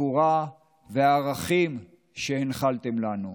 הגבורה והערכים שהנחלתם לנו.